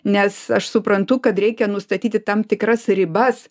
nes aš suprantu kad reikia nustatyti tam tikras ribas